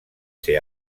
ser